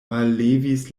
mallevis